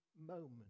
moment